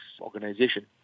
Organization